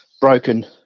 broken